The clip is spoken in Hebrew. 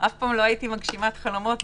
אם אני מנסה להפחית תחלואה קשה,